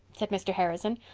said mr. harrison,